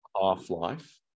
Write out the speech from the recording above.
half-life